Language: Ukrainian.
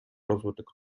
розвиток